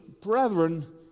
brethren